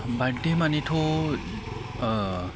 birthday मानेथ' ओ